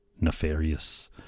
nefarious